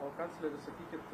o kancleri sakykit